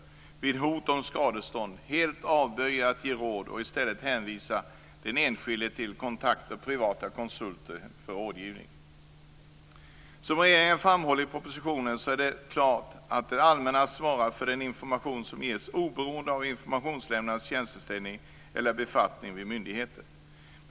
Som regeringen framhåller i propositionen är det klart att det allmänna svarar för den information som ges oberoende av informationslämnarens tjänsteställning eller befattning vid myndigheten.